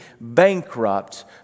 bankrupt